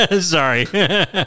Sorry